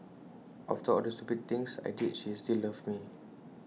after all the stupid things I did she still loved me